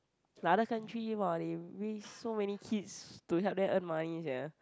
other country !wah! they raised so many kids to help them earn money sia